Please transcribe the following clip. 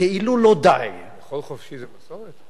כאילו לא די, לאכול חופשי זו מסורת?